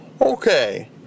Okay